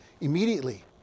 immediately